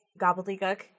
gobbledygook